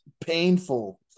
painful